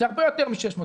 זה הרבה יותר מ-600.